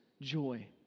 joy